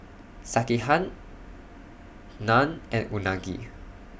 Sekihan Naan and Unagi